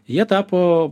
jie tapo